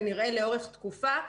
וכנראה לאורך תקופה,